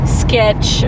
sketch